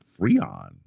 Freon